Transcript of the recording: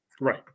Right